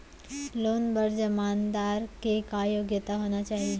Loan बर जमानतदार के का योग्यता होना चाही?